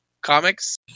Comics